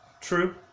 True